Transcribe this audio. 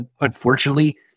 unfortunately